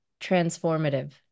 transformative